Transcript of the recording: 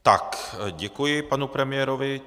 Tak děkuji panu premiérovi.